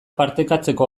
partekatzeko